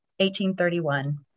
1831